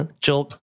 jolt